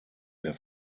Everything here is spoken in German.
der